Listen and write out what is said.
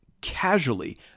casually